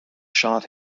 shot